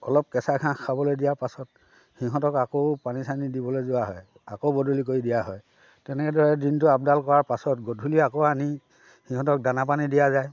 অলপ কেঁচা ঘাঁহ খাবলৈ দিয়াৰ পাছত সিহঁতক আকৌ পানী চানি দিবলৈ যোৱা হয় আকৌ বদলি কৰি দিয়া হয় তেনেদৰে দিনটো আপডাল কৰাৰ পাছত গধূলি আকৌ আনি সিহঁতক দানা পানী দিয়া যায়